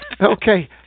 Okay